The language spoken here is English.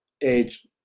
age